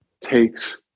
takes